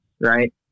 right